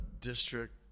district